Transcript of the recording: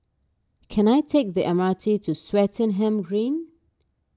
can I take the M R T to Swettenham Green